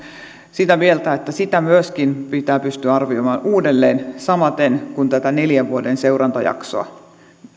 sitä mieltä että sitä myöskin pitää pystyä arvioimaan uudelleen samaten kuin tätä neljän vuoden seurantajaksoa